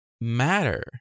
matter